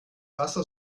wasser